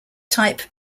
type